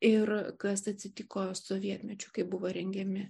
ir kas atsitiko sovietmečiu kai buvo rengiami